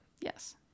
Yes